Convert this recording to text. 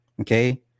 okay